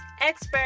expert